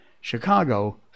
Chicago